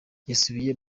yasubiye